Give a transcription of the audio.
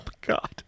god